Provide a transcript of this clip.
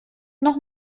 noch